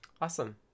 Awesome